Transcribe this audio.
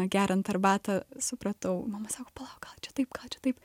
geriant arbatą supratau mama sako palauk gal čia taip gal čia taip